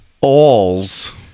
alls